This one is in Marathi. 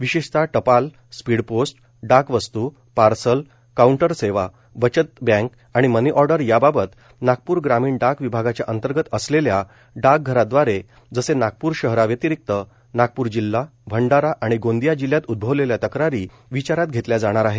विशेषतः टपाल स्पीड पोस्ट डाक वस्तू पार्सल काउंटर सेवा बचत बँक आणि मनी ऑर्डर याबाबत नागपूर ग्रामीण डाक विभागाच्या अंतर्गत असलेल्या डाकघरादवारे जसे नागप्र शहरा व्यतिरिक्त नागप्र जिल्हा भंडारा आणि गोंदिया जिल्हयात उद्भवलेल्या तक्रारी विचारात घेतल्या जाणार आहेत